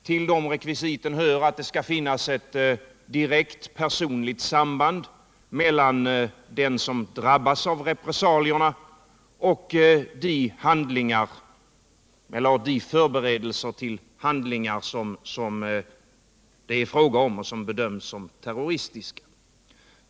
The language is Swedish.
Till de rekvisiten hör att det skall finnas ett direkt personligt samband mellan den som drabbas av repressalierna och de handlingar eller förberedelser till handlingar som det är fråga om och som bedöms som terroristiska.